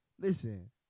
Listen